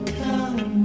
come